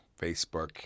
Facebook